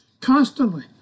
constantly